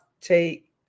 take